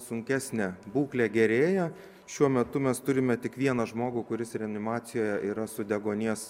sunkesnė būklė gerėja šiuo metu mes turime tik vieną žmogų kuris reanimacijoje yra su deguonies